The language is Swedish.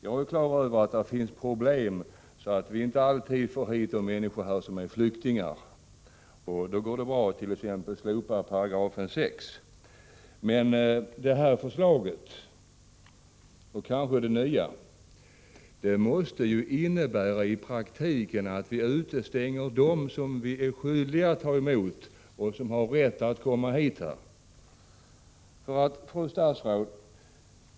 Jag är på det klara med att det finns problem, så att vi inte alltid får hit de människor som är flyktingar. Då går det tydligen bra att slopa 6 §. Men detta förslag — och kanske det nya — måste i praktiken innebära att vi utestänger dem som vi är skyldiga att ta emot och som har rätt att komma hit. Fru statsråd!